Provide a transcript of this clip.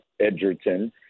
Edgerton